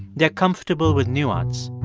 they're comfortable with nuance.